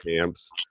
camps